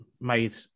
made